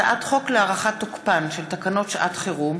הצעת חוק להארכת תוקפן של תקנות שעת חירום